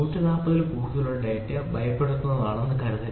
140 ൽ കൂടുതലുള്ള ഡാറ്റ ഭയപ്പെടുത്തുന്നതാണെന്ന് കരുതുക